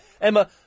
Emma